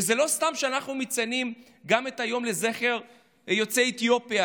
וזה לא סתם שאנחנו מציינים גם את היום לזכר יוצאי אתיופיה